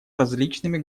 различными